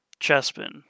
Chespin